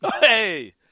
Hey